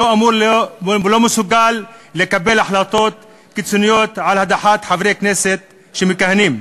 שלא אמור ולא מסוגל לקבל החלטות קיצוניות על הדחת חברי כנסת מכהנים.